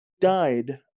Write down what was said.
died